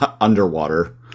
Underwater